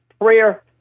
prayer